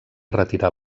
retirar